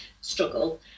struggle